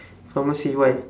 pharmacy why